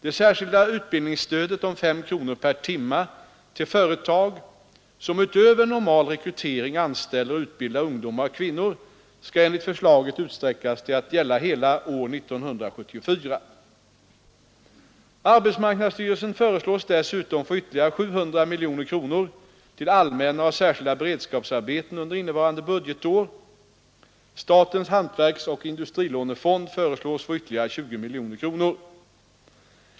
Det särskilda utbildningsstödet om 5 kronor per timme till företag, som utöver normal rekrytering anställer och utbildar ungdomar och kvinnor, skall enligt förslaget utsträckas till att gälla hela år 1974. Arbetsmarknadsstyrelsen föreslås dessutom få ytterligare 700 miljoner kronor till allmänna och särskilda beredskapsarbeten under innevarande budgetår. Statens hantverksoch industrilånefond föreslås få ytterligare 20 miljoner kronor.